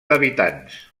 habitants